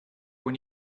when